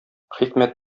хикмәт